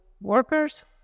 workers